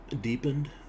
deepened